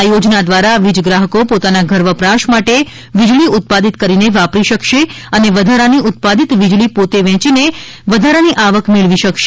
આ યોજના દ્વારા વીજગ્રાહકો પોતાના ઘરવપરાશ માટે વીજળી ઉત્પાદિત કરીને વાપરી શકશે અને વધારાની ઉત્પાદિત વીજળી પોતે વેચીને વધારાની આવક મેળવી શકશે